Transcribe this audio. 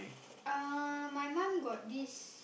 uh my mum got this